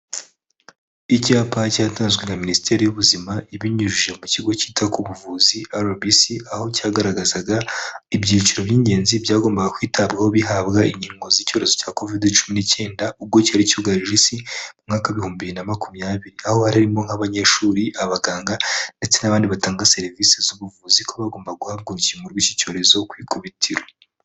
Icyapa cyatanzwe na minisiteri y'ubuzima ibinyujije mu kigo cyita ku buvuzi RBC aho cyagaragazaga ibyiciro by'ingenzi byagombaga kwitabwaho bihabwa inkingo z'icyorezo cya covid cumi n'icyenda ubwo cyari cyugarije isi umwaka ibihumbi na makumyabiri aho arimo nk'abanyeshuri abaganga ndetse n'abandi batanga serivisi z'ubuvuzi ko bagomba guhabwa urukingo rw'iki cyorezo ku ikubitiro.